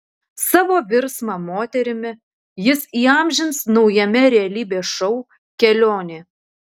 savo virsmą moterimi jis įamžins naujame realybės šou kelionė